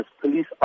police